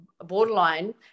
borderline